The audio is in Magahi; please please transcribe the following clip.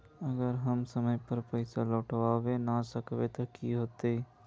अगर हम समय पर पैसा लौटावे ना सकबे ते की होते?